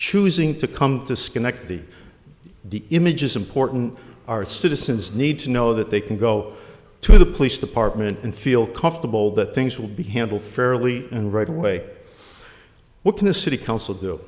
choosing to come to schenectady the image is important our citizens need to know that they can go to the police department and feel comfortable that things will be handled fairly and right away what can a city council do